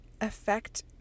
affect